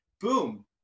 boom